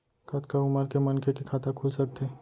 कतका उमर के मनखे के खाता खुल सकथे?